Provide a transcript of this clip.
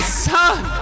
son